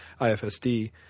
IFSD